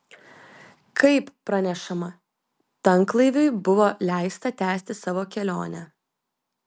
kaip pranešama tanklaiviui buvo leista tęsti savo kelionę